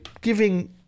giving